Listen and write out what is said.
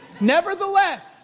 Nevertheless